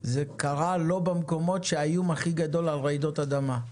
זה קורה לא במקומות שהאיום הכי גדול על רעידות אדמה.